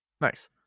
Nice